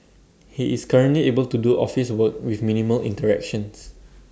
he is currently able to do office work with minimal interactions